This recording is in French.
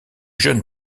jeune